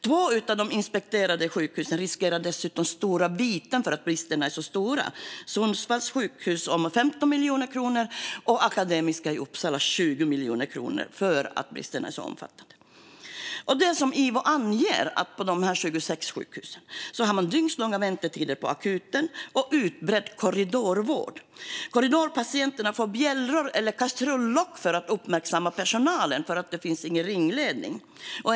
Två av de inspekterade sjukhusen riskerar dessutom stora viten för att bristerna är så stora. För Sundsvalls sjukhus handlar det om 15 miljoner kronor och för Akademiska sjukhuset i Uppsala handlar det om 20 miljoner kronor för att bristerna är så omfattande. Det som Ivo anger för de 26 sjukhusen är att man har dygnslånga väntetider på akuten och utbredd korridorvård. Korridorpatienterna får bjällror eller kastrullock för att uppmärksamma personalen för att det inte finns någon ringledning.